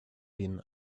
been